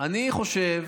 אני חושב